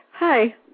Hi